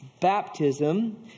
Baptism